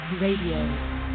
Radio